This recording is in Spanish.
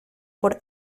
por